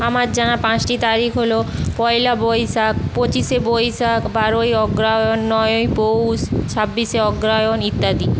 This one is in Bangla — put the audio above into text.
আমার জানা পাঁচটি তারিখ হলো পয়লা বৈশাখ পঁচিশে বৈশাখ বারোই অগ্রহায়ণ নয়ই পৌষ ছাব্বিশে অগ্রহায়ণ ইত্যাদি